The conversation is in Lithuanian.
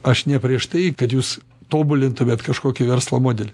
aš ne prieš tai kad jūs tobulintumėt kažkokį verslo modelį